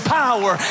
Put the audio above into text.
power